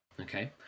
okay